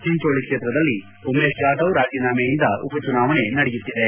ಚಿಂಚೋಳ ಕ್ಷೇತ್ರದಲ್ಲಿ ಉಮೇಶ್ ಜಾಧವ್ ರಾಜೀನಾಮೆಯಿಂದ ಉಪಚುನಾವಣೆ ನಡೆಯುತ್ತಿದೆ